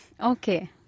Okay